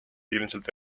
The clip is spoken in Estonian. ilmselt